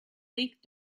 leak